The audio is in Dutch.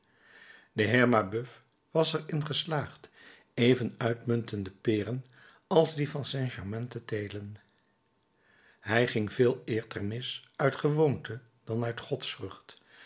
de heer mabeuf was er in geslaagd even uitmuntende peren als die van st germain te telen hij ging veeleer ter mis uit gewoonte dan uit godsvrucht